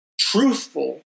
truthful